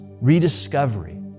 rediscovery